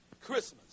Christmas